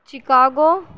Chicago